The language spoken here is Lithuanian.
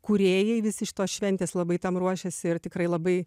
kūrėjai visi šitos šventės labai tam ruošiasi ir tikrai labai